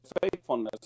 faithfulness